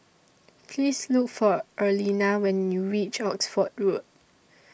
Please Look For Arlena when YOU REACH Oxford Road